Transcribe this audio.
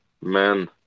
men